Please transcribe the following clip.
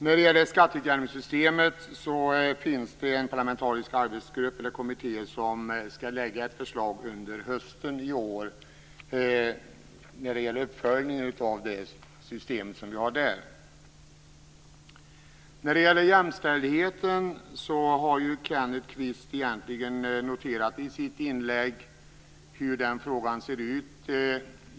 När det gäller skatteutjämningssystemet finns det en parlamentarisk kommitté som skall lägga fram förslag under hösten i år om uppföljningen av det system som vi har där. Hur frågan om jämställdheten ser ut har Kenneth Kvist egentligen noterat i sitt inlägg.